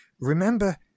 Remember